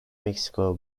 mexico